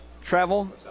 travel